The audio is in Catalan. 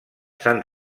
sant